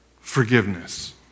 forgiveness